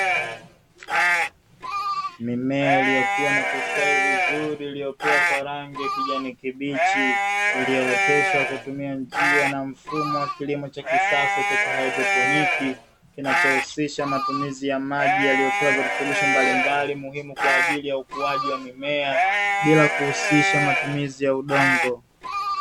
Mimea iliyokuwa na kustawi vizuri iliopewa kwa rangi kijani kibichi iliyooteshwa kutumia njia na mfumo wa kilimo cha kisasa cha kihaidroponi kinachohusisha matumizi ya maji yanayotoa virutubisho mbalimbali muhimu kwa ajili ya ukuaji wa mimea bila kuhusisha matumizi ya udongo.